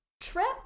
trip